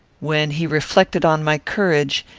when he reflected on my courage,